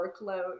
workload